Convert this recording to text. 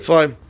Fine